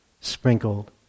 sprinkled